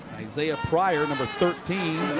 isiah pryor, number thirteen,